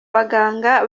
baganga